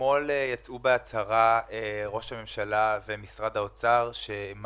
אתמול יצאו בהצהרה ראש הממשלה ומשרד האוצר על כך